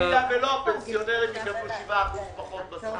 אם לא, הפנסיונרים יקבלו 7% פחות בשכר.